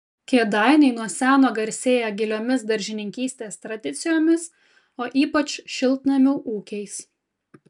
kėdainiai nuo seno garsėja giliomis daržininkystės tradicijomis o ypač šiltnamių ūkiais